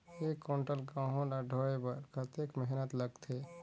एक कुंटल गहूं ला ढोए बर कतेक मेहनत लगथे?